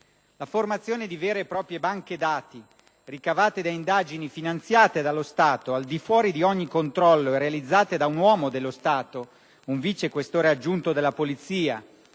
La formazione di vere e proprie banche dati, ricavate da indagini finanziate dallo Stato, al di fuori di ogni controllo e realizzate da un uomo dello Stato, un vice questore aggiunto della Polizia